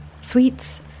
Sweets